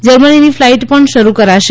જર્મનીની flight પણ શરૂ કરાશે